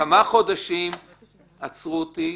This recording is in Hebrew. כמה חודשים עצרו אותי,